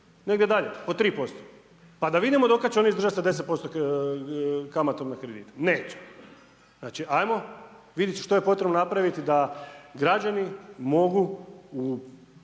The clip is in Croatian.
negdje dalje, po 3% pa da vidimo do kad će oni izdržat do 10% kamatom na kredite, neće. Znači ajmo vidit što je potrebno napraviti da građani mogu vani